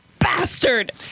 Bastard